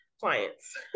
clients